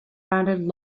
rounded